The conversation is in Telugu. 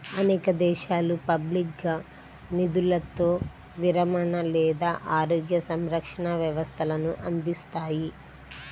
అనేక దేశాలు పబ్లిక్గా నిధులతో విరమణ లేదా ఆరోగ్య సంరక్షణ వ్యవస్థలను అందిస్తాయి